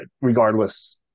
regardless